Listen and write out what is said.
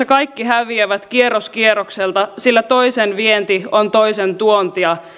kaikki häviävät kierros kierrokselta sillä toisen vienti on toisen tuontia